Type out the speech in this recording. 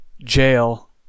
Jail